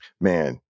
Man